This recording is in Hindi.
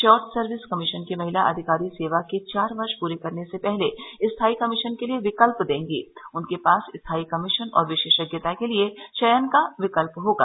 शार्ट सर्विस कमीशन की महिला अधिकारी सेवा के चार वर्ष परे करने से पहले स्थाई कमीशन के लिए विकल्प देगी उनके पास स्थाई कमीशन और विशेषज्ञता के लिए चयन का विकल्प होगा